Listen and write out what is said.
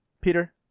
Peter